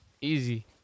Easy